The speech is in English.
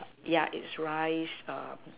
yeah it's rice um